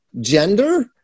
gender